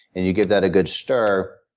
and you give that a good stir.